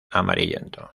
amarillento